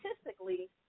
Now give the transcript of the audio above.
statistically